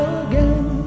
again